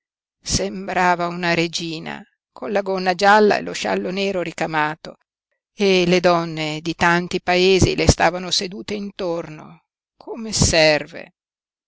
sembrava una regina con la gonna gialla e lo scialle nero ricamato e le donne di tanti paesi le stavano sedute intorno come serve